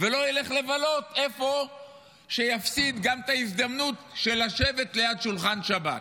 ולא ילך לבלות איפה שיפסיד גם את ההזדמנות לשבת ליד שולחן שבת.